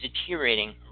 deteriorating